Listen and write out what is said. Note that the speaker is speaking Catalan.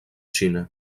xina